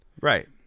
Right